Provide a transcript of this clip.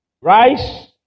Rice